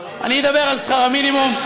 מה עם שכר המינימום?